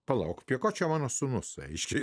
palauk prie ko čia mano sūnus aiškiai